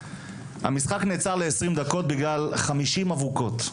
המשחק נעצר לעשרים דקות בגלל 50 אבוקות.